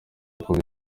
kuba